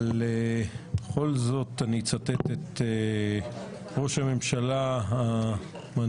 אבל בכל זאת אני אצטט את ראש הממשלה המנוח,